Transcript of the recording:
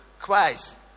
christ